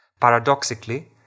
Paradoxically